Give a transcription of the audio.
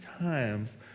times